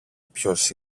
ποιος